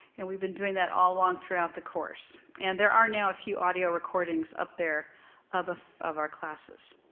and we've been doing that all along throughout the course. and there are now a few audio recordings up there of ah of our classes.